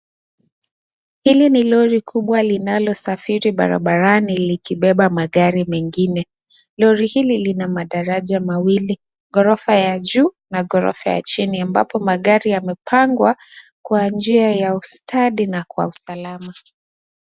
Hili ni lorry kubwa linalosafiri barabarani likibeba magari mengine. Lorry hili lina madaraja mawili, ghorofa ya juu na ghorofa ya chini, ambapo magari yamepangwa kwa njia ya ustadi na kwa usalama.